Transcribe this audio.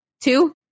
two